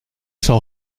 zal